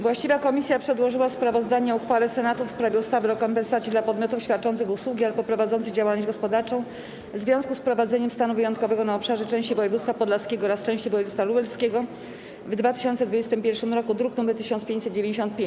Właściwa komisja przedłożyła sprawozdanie o uchwale Senatu w sprawie ustawy o rekompensacie dla podmiotów świadczących usługi albo prowadzących działalność gospodarczą w związku z wprowadzeniem stanu wyjątkowego na obszarze części województwa podlaskiego oraz części województwa lubelskiego w 2021 r., druk nr 1595.